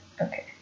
Okay